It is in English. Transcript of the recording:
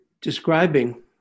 describing